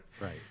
Right